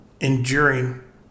enduring